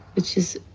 which is